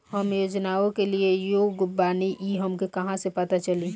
हम योजनाओ के लिए योग्य बानी ई हमके कहाँसे पता चली?